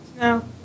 No